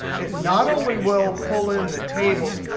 it not only will pull in the tables,